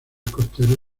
costeras